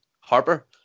Harper